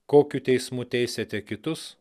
kokiu teismu teisiate kitus